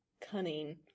cunning